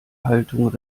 halterung